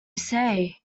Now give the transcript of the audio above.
say